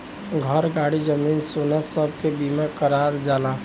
घर, गाड़ी, जमीन, सोना सब के बीमा करावल जाला